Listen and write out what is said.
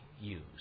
use